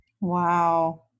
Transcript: Wow